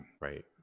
right